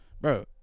bro